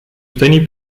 stejný